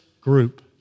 group